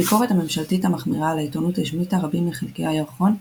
הביקורת הממשלתית המחמירה על העיתונות השמיטה רבים מחלקי הירחון,